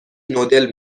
نودل